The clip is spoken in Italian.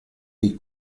dei